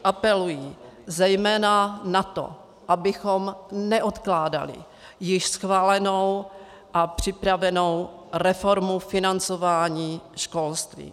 Apelují zejména na to, abychom neodkládali již schválenou a připravenou reformu financování školství.